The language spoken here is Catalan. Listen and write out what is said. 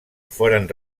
foren